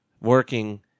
working